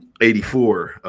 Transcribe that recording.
84